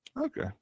Okay